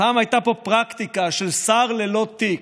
פעם הייתה פה פרקטיקה של שר ללא תיק.